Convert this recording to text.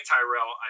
Tyrell